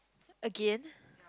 again